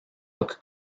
look